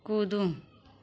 कूदो